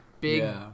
big